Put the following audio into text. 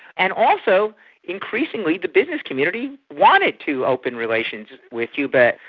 and also increasingly the business community wanted to open relations with cuba.